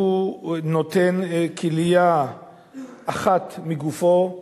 שנותן כליה אחת מגופו,